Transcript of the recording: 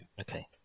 Okay